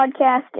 podcast